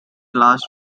last